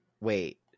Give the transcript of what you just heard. wait